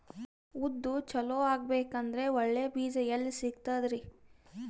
ಉದ್ದು ಚಲೋ ಆಗಬೇಕಂದ್ರೆ ಒಳ್ಳೆ ಬೀಜ ಎಲ್ ಸಿಗತದರೀ?